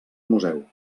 museu